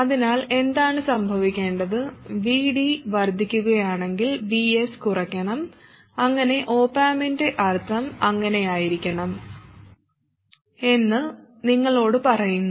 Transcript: അതിനാൽ എന്താണ് സംഭവിക്കേണ്ടത് Vd വർദ്ധിക്കുകയാണെങ്കിൽ Vs കുറയ്ക്കണം അങ്ങനെ ഒപ് ആമ്പിന്റെ അർത്ഥം അങ്ങനെയായിരിക്കണം എന്ന് നിങ്ങളോട് പറയുന്നു